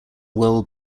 world